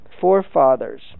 forefathers